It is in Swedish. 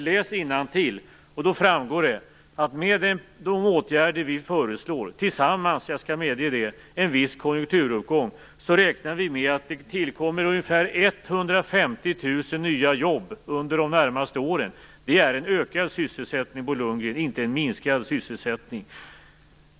Läs innantill, så framgår det att med de åtgärder som vi föreslår tillsammans med - det medger jag - en viss konjunkturuppgång räknar vi med att det tillkommer ungefär 150 000 nya jobb under de närmaste åren. Det är en ökad sysselsättning, Bo Lundgren, inte en minskad sysselsättning.